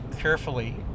carefully